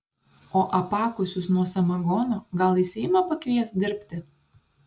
o apakusius nuo samagono gal į seimą pakvies dirbti